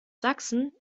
sachsen